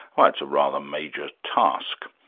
well, that's a rather major task.